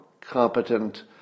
competent